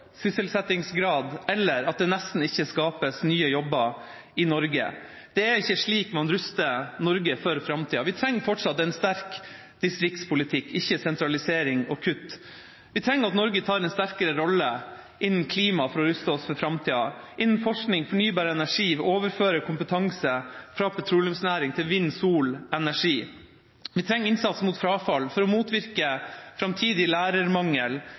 sysselsettingsgrad eller at det nesten ikke skapes nye jobber i Norge. Det er ikke slik man ruster Norge for framtida. Vi trenger fortsatt en sterk distriktspolitikk, ikke sentralisering og kutt. Vi trenger at Norge tar en sterkere rolle innenfor klimaområdet for å ruste oss for framtida og når det gjelder forskning, fornybar energi og overføring av kompetanse fra petroleumsnæringen til vind- og solenergi. Vi trenger innsatsen mot frafall for å motvirke framtidig lærermangel